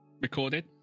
recorded